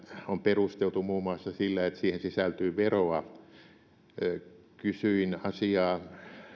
on perusteltu muun muassa sillä että siihen sisältyy veroa kysyin asiaa